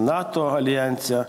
nato aljanse